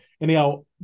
Anyhow